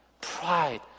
Pride